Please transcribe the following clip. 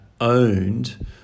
owned